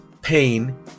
pain